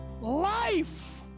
Life